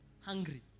hungry